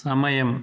సమయం